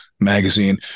magazine